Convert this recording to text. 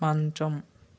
మంచం